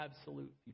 absolute